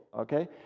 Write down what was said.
Okay